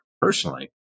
personally